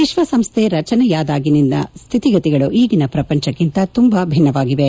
ವಿಶ್ವ ಸಂಸ್ಟೆ ರಚನೆಯಾದಾಗಿನ ಸ್ಹಿತಿಗತಿಗಳು ಈಗಿನ ಪ್ರಪಂಚಕ್ಕಿಂತ ತುಂಬಾ ಭಿನ್ನವಾಗಿವೆ